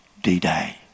D-Day